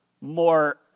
more